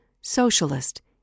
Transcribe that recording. socialist